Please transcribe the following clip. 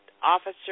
officer